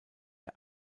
der